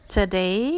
Today